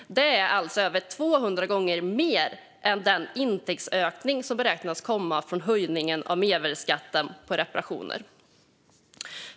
Det är alltså över 200 gånger mer än den intäktsökning som beräknas komma från höjningen av mervärdesskatten på reparationer.